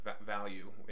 value